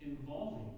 involving